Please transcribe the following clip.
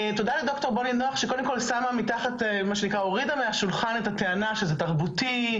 תודה לד"ר בוני נח שהורידה מהשולחן את הטענה שזה תרבותי,